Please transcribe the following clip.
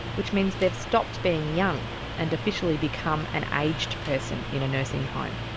which means they've stopped being young and officially become an aged person in a nursing home.